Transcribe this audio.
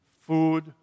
food